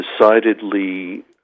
decidedly